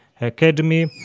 academy